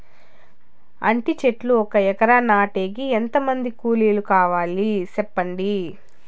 అంటి చెట్లు ఒక ఎకరా నాటేకి ఎంత మంది కూలీలు కావాలి? సెప్పండి?